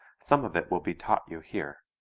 some of it will be taught you here.